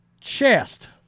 chest